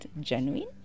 genuine